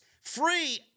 free